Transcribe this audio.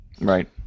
Right